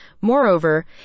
Moreover